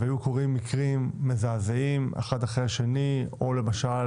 אם היו קורים מקרים מזעזעים אחד אחרי השני או למשל